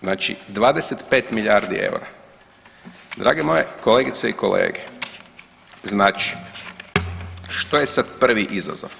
Znači 25 milijardi eura, drage moje kolegice i kolege, znači što je sad prvi izazov?